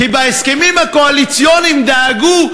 כי בהסכמים הקואליציוניים דאגו,